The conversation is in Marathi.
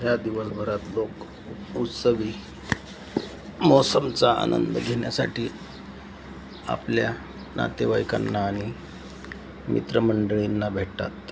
ह्या दिवसभरात लोक उस्तवी मौसमचा आनंद घेण्यासाठी आपल्या नातेवाईकांना आणि मित्रमंडळींना भेटतात